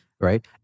Right